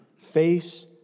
face